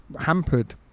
hampered